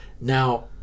now